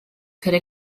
could